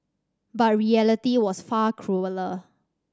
but reality was far crueller